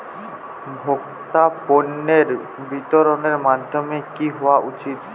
ভোক্তা পণ্যের বিতরণের মাধ্যম কী হওয়া উচিৎ?